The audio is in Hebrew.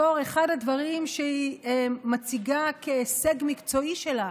בתור אחד הדברים שהיא מציגה כהישג מקצועי שלה,